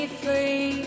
free